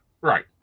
right